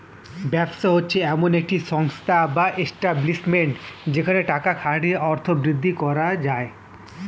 ব্যবসা হচ্ছে এমন একটি সংস্থা বা এস্টাব্লিশমেন্ট যেখানে টাকা খাটিয়ে অর্থ বৃদ্ধি করা যায়